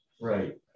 Right